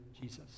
Jesus